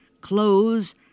clothes